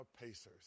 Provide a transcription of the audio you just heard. Pacers